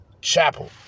Chapel